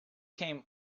came